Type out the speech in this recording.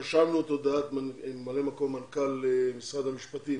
רשמנו את הודעת מ"מ מנכ"לית משרד המשפטים